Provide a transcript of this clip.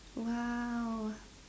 !wow!